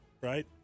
right